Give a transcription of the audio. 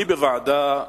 אני אמרתי בוועדה דבר,